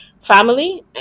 family